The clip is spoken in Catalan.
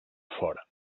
fora